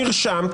זה נרשם,